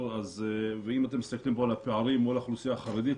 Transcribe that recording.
אם אתם מסתכלים על הפערים מול האוכלוסייה החרדית,